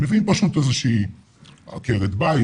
מביאים פשוט איזה שהיא עקרת בית,